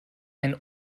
einen